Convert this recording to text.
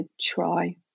try